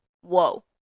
whoa